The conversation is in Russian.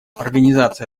организация